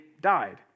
died